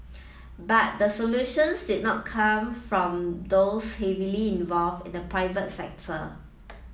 but the solutions did not come from those heavily involved in the private sector